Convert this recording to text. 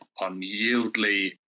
unyieldly